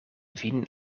vin